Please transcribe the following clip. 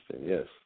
yes